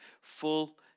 full